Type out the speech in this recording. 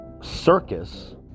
circus